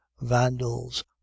vandals